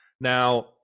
Now